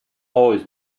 always